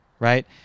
right